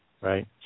Right